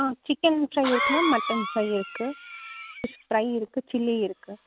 ஆ chicken fry இருக்கு ma'am mutton fry இருக்கு fish fry இருக்கு சில்லி இருக்கு